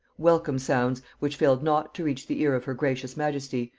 welcome sounds, which failed not to reach the ear of her gracious majesty,